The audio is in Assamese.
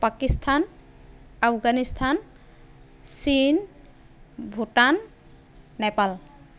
পাকিস্তান আফগানিস্তান চীন ভূটান নেপাল